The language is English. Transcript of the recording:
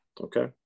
Okay